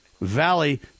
Valley